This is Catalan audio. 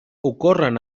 ocorren